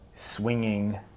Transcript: swinging